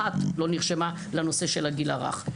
אחת לא נרשמה לנושא של הגיל הרך.